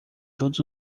todos